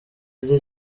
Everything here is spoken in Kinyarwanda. rye